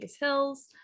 hills